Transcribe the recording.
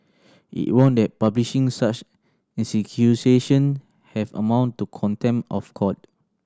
it warned that publishing such have amount to contempt of court